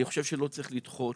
אני חושב שלא צריך לדחות.